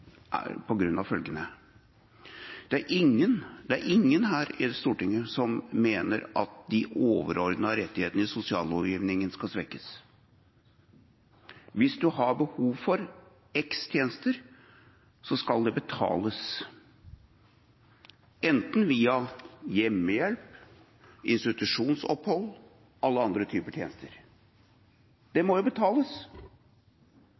av følgende: Det er ingen her i Stortinget som mener at de overordnede rettighetene i sosiallovgivninga skal svekkes. Hvis du har behov for x antall tjenester, skal det betales, enten det er via hjemmehjelp, institusjonsopphold eller alle andre typer tjenester. Det